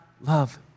love